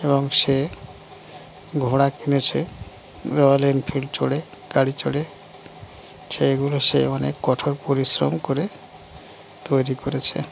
এবং সে ঘোড়া কিনেছে রয়্যাল এনফিল্ড চড়ে গাড়ি চড়ে সেইগুলো সে অনেক কঠোর পরিশ্রম করে তৈরি করেছে